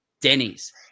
Denny's